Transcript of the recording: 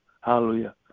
hallelujah